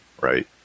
right